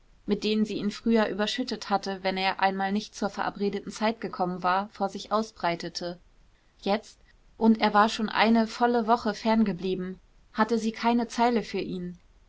mit denen sie ihn früher überschüttet hatte wenn er einmal nicht zur verabredeten zeit gekommen war vor sich ausbreitete jetzt und er war schon eine volle woche fern geblieben hatte sie keine zeile für ihn